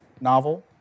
novel